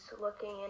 looking